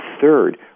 third